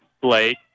Blake